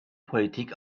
politik